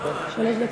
שלוש דקות?